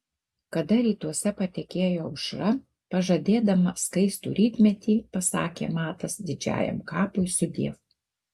kada rytuose patekėjo aušra pažadėdama skaistų rytmetį pasakė matas didžiajam kapui sudiev